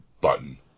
button